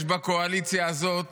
יש בקואליציה הזאת